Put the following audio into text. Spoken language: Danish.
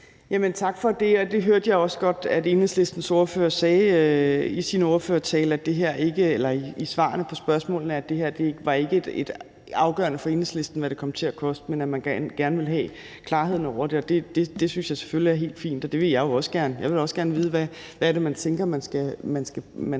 Tak for det. Og det hørte jeg også godt at Enhedslistens ordfører sagde i svarene på spørgsmålene, altså at det ikke var afgørende for Enhedslisten, hvad det her kom til at koste, men at man gerne vil have klarhed over det – og det synes jeg selvfølgelig er helt fint. Det vil jeg også gerne have; jeg vil også gerne vide, hvad man tænker man skal